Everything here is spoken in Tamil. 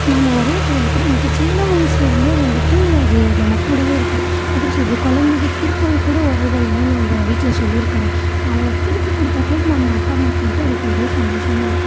நம்ம வரையிறது வந்துட்டு நமக்கு சின்ன வயசில் இருந்தே வந்துவிட்டு அது நம்ம கூடவே இருக்கும் எப்படி சொல்லுறது குழந்தைங்க கிறுக்குறது கூட வரைதல் தான் நம்ப வீட்டில் சொல்லிஇருக்காங்க அவங்க கிறுக்கி கொடுத்தா கூட நம்ம அப்பா அம்மாக்கு வந்துட்டு அது பெரிய சந்தோஷமாக இருக்கும்